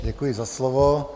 Děkuji za slovo.